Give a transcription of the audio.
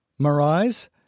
Mirais